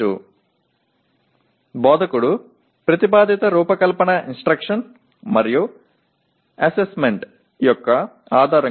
சில அறிவு பிரிவுகள் மறைமுகமாக உரையாற்றப்படலாம்